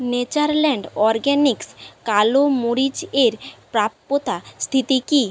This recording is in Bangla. নেচারল্যান্ড অরগ্যানিক্স কালো মরিচ এর প্রাপ্যতা স্থিতি কি